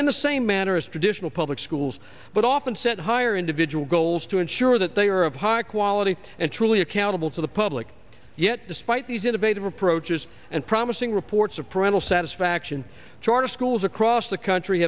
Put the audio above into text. in the same manner as traditional public schools but often set higher individual goals to ensure that they are of high quality and truly accountable to the public yet despite these innovative approaches and promising reports of parental satisfaction charter schools across the country